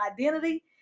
identity